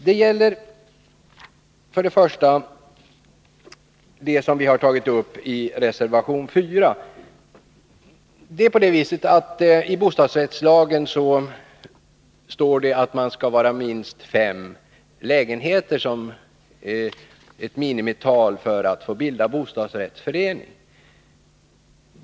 Det gäller först och främst det som vi har tagit upp i reservation 4. Det är på det viset att det i bostadsrättslagen står att minimiantalet lägenheter för att det skall få bildas bostadsrättsförening är fem.